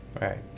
Right